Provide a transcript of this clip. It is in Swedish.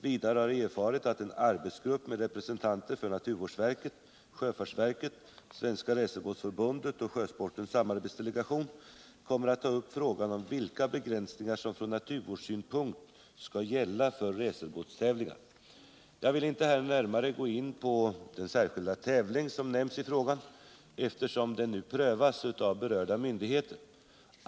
Vidare har jag erfarit att en arbetsgrupp med representanter för naturvårdsverket, sjöfartsverket, Svenska racerbåtsförbundet och Sjösportens samarbetsdelegation kommer att ta upp frågan om vilka begränsningar som från naturvårdssynpunkt skall gälla för racerbåtstävlingar. Jag vill inte här gå närmare in på den särskilda tävling som nämns i frågan eftersom den nu prövas av berörda myndigheter.